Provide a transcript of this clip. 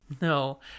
No